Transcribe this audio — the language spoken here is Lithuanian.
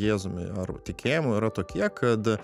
jėzumi ar tikėjimu yra tokie kad